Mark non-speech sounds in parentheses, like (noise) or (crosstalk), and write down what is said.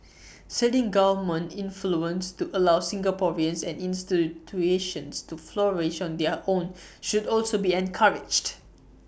(noise) ceding government influence to allow Singaporeans and institutions to flourish on their own should also be encouraged